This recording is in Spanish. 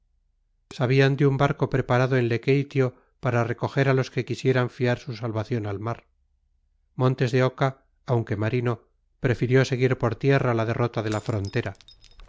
sabían de un barco preparado en lequeitio para recoger a los que quisieran fiar su salvación al mar montes de oca aunque marino prefirió seguir por tierra la derrota de la frontera